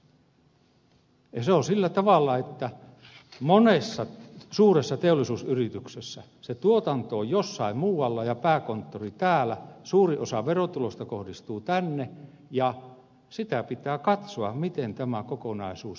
se on sillä tavalla että monessa suuressa teollisuusyrityksessä se tuotanto on jossain muualla ja pääkonttori täällä suuri osa verotuloista kohdistuu tänne ja sitä pitää katsoa miten tämä kokonaisuus yhtenäisesti hoidetaan